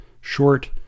short